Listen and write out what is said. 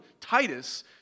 Titus